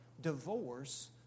divorce